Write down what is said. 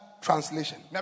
translation